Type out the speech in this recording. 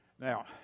Now